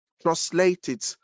translated